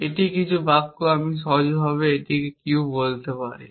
এটি কিছু বাক্য আমি সহজভাবে এটিকে q বলতে পারি